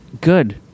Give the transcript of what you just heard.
good